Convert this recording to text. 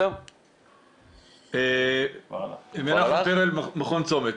אני ממכון צומת.